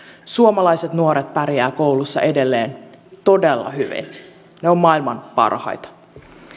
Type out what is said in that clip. suomalaiset nuoret pärjäävät koulussa edelleen todella hyvin he ovat maailman parhaita